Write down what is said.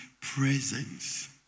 presence